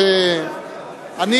שאני תמכתי בה, מה שאתה מביא.